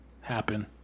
happen